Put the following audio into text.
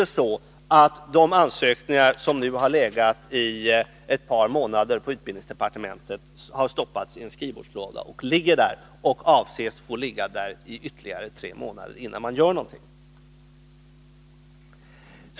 Eller har de ansökningar som nu legat i ett par månader på utbildningsdepartementet stoppats i någon skrivbordslåda för att ligga där ytterligare tre månader innan någonting görs?